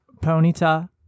Ponyta